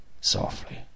softly